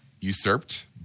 usurped